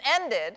ended